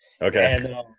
Okay